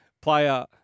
player